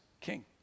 king